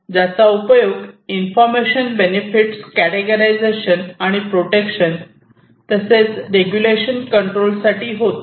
ज्याचा उपयोग information benefits categorization आणि प्रोटेक्शन तसेच रेगुलेशन कंट्रोल साठी होतो